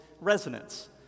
resonance